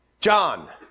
John